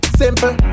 simple